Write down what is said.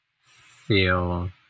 feel